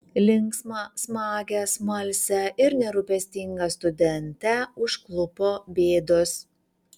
linksmą smagią smalsią ir nerūpestingą studentę užklupo bėdos